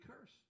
curse